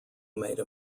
made